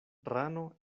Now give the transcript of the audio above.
rano